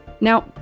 Now